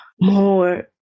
more